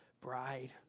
bride